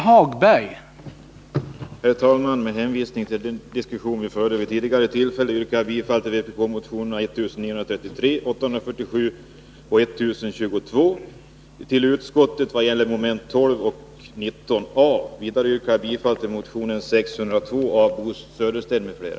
Herr talman! Med hänvisning till den diskussion vi förde vid det tidigare tillfälle då frågan behandlades yrkar jag bifall till vpk-motionerna 1933, 847 och 1022 samt till utskottets hemställan vad gäller mom. 12 och 19 a. Vidare yrkar jag bifall till motionen 602 av Bo Södersten m.fl.